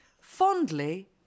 Fondly